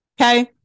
Okay